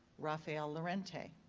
rafael lorente.